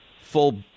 full